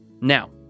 Now